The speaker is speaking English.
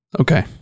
Okay